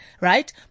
Right